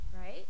Right